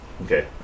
Okay